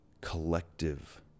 collective